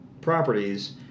properties